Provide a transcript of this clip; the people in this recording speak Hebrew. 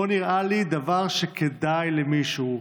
לא נראה לי דבר שכדאי למישהו.